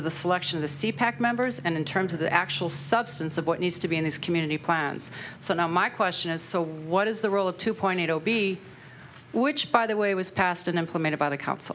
of the selection to see pac members and in terms of the actual substance of what needs to be in his community plans so now my question is so what is the role of two point eight zero b which by the way was passed and implemented by the cops